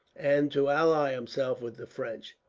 and to ally himself with the french.